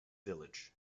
village